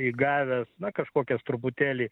įgavęs na kažkokias truputėlį